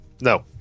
No